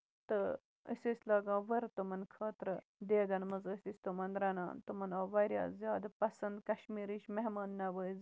تہٕ أسۍ ٲسۍ لَگان ؤر تِمَن خٲطرٕ دیگَن مںٛز ٲسۍ أسۍ تِمَن رَنان تِمَن آو واریاہ زیادٕ پَسند کَشمیٖرٕچ مہمان نَوٲزی